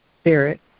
spirit